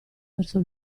verso